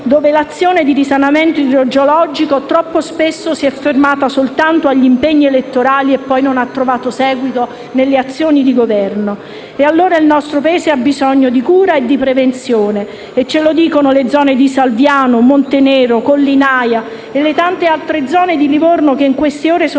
dove l'azione di risanamento idrogeologico troppo spesso si è fermata soltanto agli impegni elettorali e poi non ha trovato seguito nelle azioni di Governo. Il nostro Paese ha quindi bisogno di cura e di prevenzione, come ci dicono le zone di Salviano, Montenero, Collinaia e le tante altre zone di Livorno che in queste ore sono